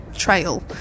Trail